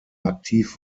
aktiv